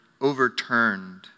overturned